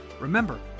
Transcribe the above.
Remember